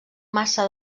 massa